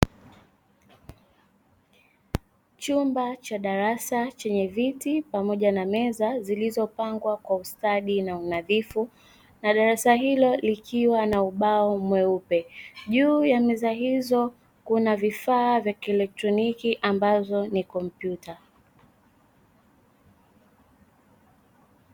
Chumba cha darasa chenye viti pamoja na meza zilizopangwa kwa ustadi na unadhifu, na darasa hilo likiwa na ubao mweupe, juu ya meza hizo kuna vifaa vya kielektroniki ambavyo ni kompyuta.